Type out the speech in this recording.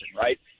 right